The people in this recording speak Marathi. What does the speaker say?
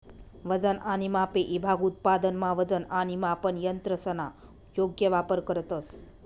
वजन आणि मापे ईभाग उत्पादनमा वजन आणि मापन यंत्रसना योग्य वापर करतंस